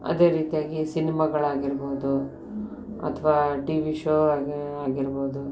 ಅದೇ ರೀತಿಯಾಗಿ ಸಿನ್ಮಗಳಾಗಿರ್ಬೋದು ಅಥವಾ ಟಿ ವಿ ಶೋ ಆಗಿ ಆಗಿರ್ಬೋದು